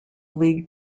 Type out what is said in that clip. league